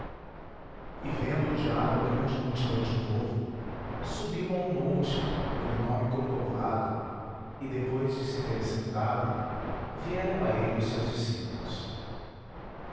e vendo o diabo a grande multidão de povo subiu a um monte por nome corcovado e depois de se ter sentado vieram a ele os seus discípulos